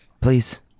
Please